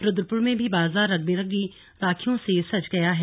रुद्रपुर में भी बाजार रंगबिरंगी राखियों से सज गया है